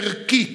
ערכית,